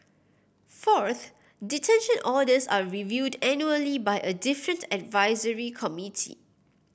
fourth detention orders are reviewed annually by a different advisory committee